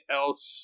else